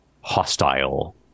hostile